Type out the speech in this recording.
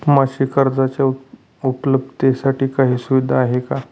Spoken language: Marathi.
मासिक कर्जाच्या उपलब्धतेसाठी काही सुविधा आहे का?